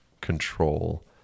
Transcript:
control